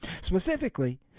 Specifically